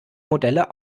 modelle